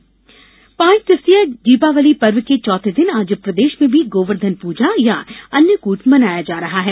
दीपावली गोवर्धन पूजा पांच दिवसीय दीपावली पर्व के चौथे दिन आज प्रदेश में भी गोवर्धन पूजा या अन्नकूट मनाया जा रहा है